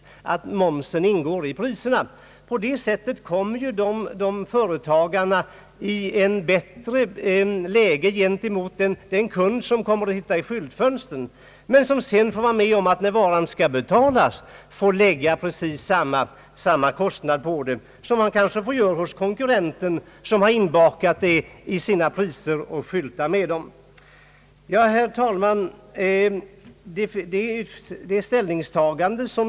Företagare som skyltar med priser utan moms kommer på det sättet i ett bättre läge. Kunden lockas in av priset i skyltfönstren, men får, när köpet skall betalas, vara med om att erlägga precis samma summa som hos konkurrenten, som hade momsen inbakad i sina skyltpriser.